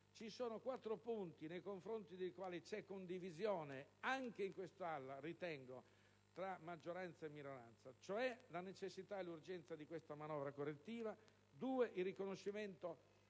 Ci sono quattro punti nei confronti dei quali c'è condivisione - anche in quest'Aula, ritengo - tra maggioranza e minoranza: la necessità e l'urgenza di questa manovra correttiva, il riconoscimento